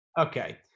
Okay